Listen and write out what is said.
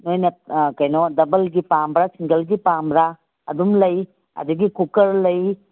ꯅꯣꯏꯅ ꯀꯩꯅꯣ ꯗꯕꯜꯒꯤ ꯄꯥꯝꯕꯔꯥ ꯁꯤꯡꯒꯜꯒꯤ ꯄꯥꯝꯕꯔꯥ ꯑꯗꯨꯝꯂꯩ ꯑꯗꯒꯤ ꯀꯨꯀꯔ ꯂꯩ